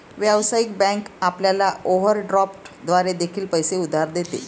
व्यावसायिक बँक आपल्याला ओव्हरड्राफ्ट द्वारे देखील पैसे उधार देते